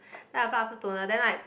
then i put after toner then like